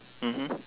mmhmm